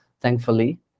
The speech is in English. thankfully